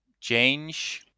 change